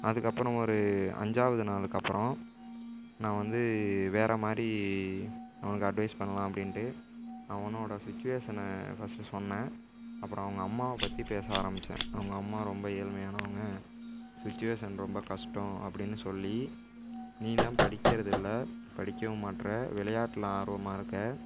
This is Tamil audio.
அதுக்கப்புறம் ஒரு அஞ்சாவது நாளுக்கு அப்புறம் நான் வந்து வேறமாதிரி அவனுக்கு அட்வைஸ் பண்ணலாம் அப்படின்டு அவனோட சுச்சுவேஷனை ஃபஸ்ட்டு சொன்னேன் அப்புறம் அவங்க அம்மாவை பற்றி பேச ஆரம்பித்தேன் அவங்க அம்மா ரொம்ப ஏழ்மையானவங்க சுச்சுவேஷன் ரொம்ப கஷ்டம் அப்படினு சொல்லி நீதான் படிக்கிறதில்லை படிக்கவும் மாட்ற விளையாட்டில் ஆர்வமாக இருக்க